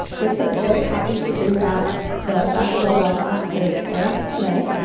mesa is very happy to bring back the basketball bell last thursday night.